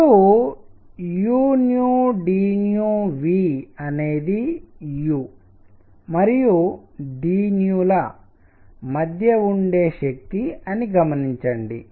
ఇప్పుడు udV అనేది u మరియు dల మధ్య ఉండే శక్తి అని గమనించండి